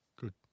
good